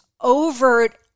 overt